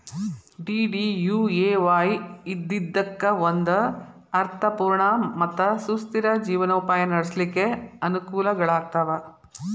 DDUAY ಇದ್ದಿದ್ದಕ್ಕ ಒಂದ ಅರ್ಥ ಪೂರ್ಣ ಮತ್ತ ಸುಸ್ಥಿರ ಜೇವನೊಪಾಯ ನಡ್ಸ್ಲಿಕ್ಕೆ ಅನಕೂಲಗಳಾಗ್ತಾವ